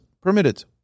permitted